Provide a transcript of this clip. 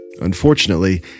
unfortunately